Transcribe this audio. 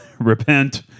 repent